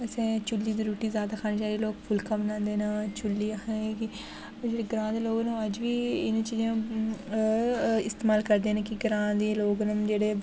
असें चु'ल्ली दी रुट्टी जादा खानी चाहि्दी जेह्ड़ा लोक फुलका बनांदे न चु'ल्ली असें जेह्ड़े ग्रांऽ दे लोक न अज्ज बी इ'नें चीज़ें दा इस्तेमाल करदे न कि ग्रांऽ दे लोग न जेह्ड़े